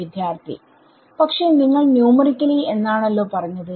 വിദ്യാർത്ഥി പക്ഷെ നിങ്ങൾ ന്യൂമറിക്കൽ എന്നാണല്ലോ പറഞ്ഞത്